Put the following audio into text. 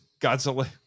Godzilla